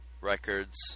records